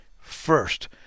first